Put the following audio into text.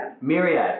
Myriad